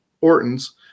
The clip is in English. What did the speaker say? Orton's